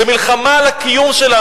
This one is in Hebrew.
מלחמה על הקיום שלנו.